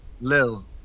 Lil